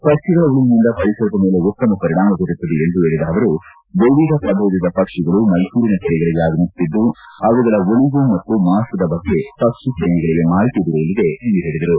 ಪಕ್ಷಿಗಳ ಉಳಿವಿನಿಂದ ಪರಿಸರದ ಮೇಲೆ ಉತ್ತಮ ಪರಿಣಾಮ ಬೀರುತ್ತದೆ ಎಂದು ಹೇಳಿದ ಅವರು ವಿವಿಧ ಪ್ರಭೇದದ ಪಕ್ಷಿಗಳು ಮೈಸೂರಿನ ಕೆರೆಗಳಿಗೆ ಆಗಮಿಸುತ್ತಿದ್ದು ಅವುಗಳ ಉಳಿವು ಮತ್ತು ಮಪತ್ವದ ಬಗ್ಗೆ ಪಕ್ಷಿ ಪ್ರೇಮಿಗಳಿಗೆ ಮಾಹಿತಿ ದೊರೆಯಲಿದೆ ಎಂದು ಹೇಳಿದರು